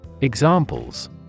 Examples